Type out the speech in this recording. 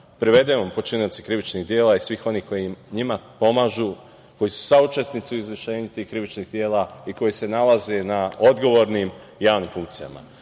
privedemo počinioce krivičnih dela i svih onih koji njima pomažu, koji su saučesnici u izvršenju tih krivičnih dela i koji se nalaze na odgovornim javnim funkcijama. Ja